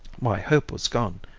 my hope was gone.